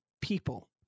people